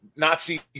Nazi